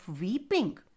weeping